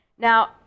Now